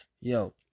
Yo